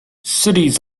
cities